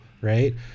Right